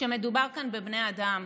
שבסוף מדובר בבני אדם.